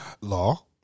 Law